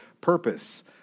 purpose